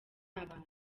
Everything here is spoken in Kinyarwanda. abantu